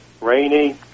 Rainy